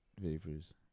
vapors